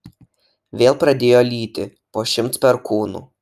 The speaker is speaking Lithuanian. vėl pradėjo lyti po šimts perkūnų